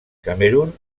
camerun